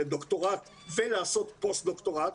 לדוקטורט ולעשות פוסט דוקטורט.